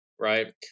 right